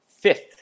fifth